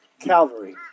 Calvary